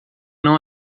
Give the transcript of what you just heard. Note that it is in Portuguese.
não